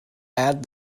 add